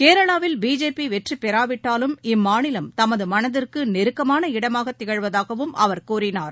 கேரளாவில் பிஜேபிவெற்றிபெறாவிட்டாலும் இம்மாநிலம் தமதுமனதுக்குநெருக்கமான இடமாகத் திகழ்வதாகவும் அவர் கூறினார்